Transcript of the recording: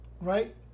right